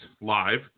live